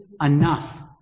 enough